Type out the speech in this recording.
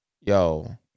Yo